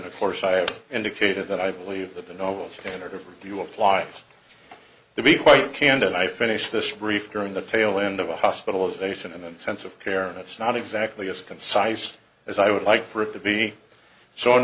argument of course i indicated that i believe that the novel standard of review of flying to be quite candid i finished this brief during the tail end of a hospitalization and intensive care and it's not exactly as concise as i would like for it to be so in